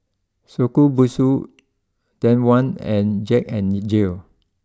Shokubutsu Danone and Jack N Jill